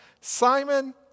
Simon